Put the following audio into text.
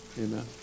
amen